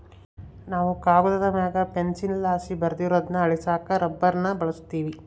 ನಾವು ಕಾಗದುದ್ ಮ್ಯಾಗ ಪೆನ್ಸಿಲ್ಲಾಸಿ ಬರ್ದಿರೋದ್ನ ಅಳಿಸಾಕ ರಬ್ಬರ್ನ ಬಳುಸ್ತೀವಿ